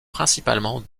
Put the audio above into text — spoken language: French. principalement